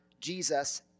Jesus